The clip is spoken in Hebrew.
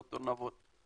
ד"ר נבות.